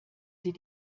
sie